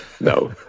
No